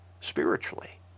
spiritually